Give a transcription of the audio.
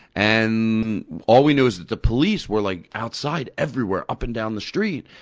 and all we knew is that the police were, like, outside everywhere, up and down the street,